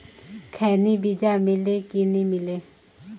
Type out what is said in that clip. खैनी बिजा मिले कि नी मिले?